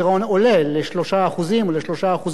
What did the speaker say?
ל-3% או ל3.5%.